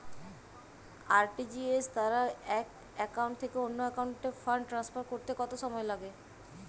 RTGS দ্বারা এক account থেকে অন্য একাউন্টে ফান্ড ট্রান্সফার করতে কত সময় লাগে?